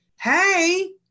hey